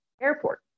airport